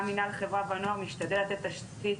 גם מנהל חברה ונוער משתדל לתת תשתית,